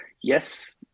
yes